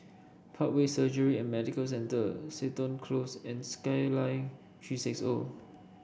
Parkway Surgery and Medical Centre Seton Close and Skyline Three six O